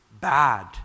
bad